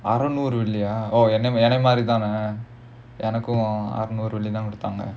ஆறநூறு வெள்ளிய என்னாகும் ஆறநூறு வெள்ளி தான் குடுத்தாங்க:aaranooru velliya ennagum aaranooru velli thaan kuduthaanga